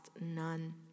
none